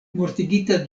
mortigita